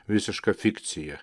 visiška fikcija